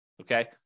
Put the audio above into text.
Okay